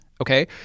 okay